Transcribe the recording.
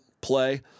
play